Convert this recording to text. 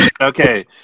Okay